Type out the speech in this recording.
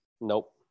Nope